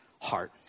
heart